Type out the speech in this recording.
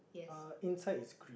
uh inside is green